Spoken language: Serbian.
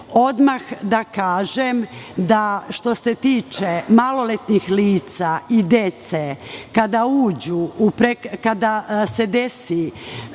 Odmah da kažem da, što se tiče maloletnih lica i dece, kada se desi